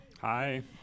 Hi